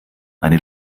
eine